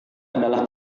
adalah